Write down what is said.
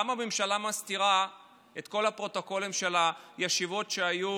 למה הממשלה מסתירה את כל הפרוטוקולים של הישיבות שהיו,